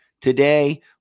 Today